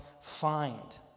find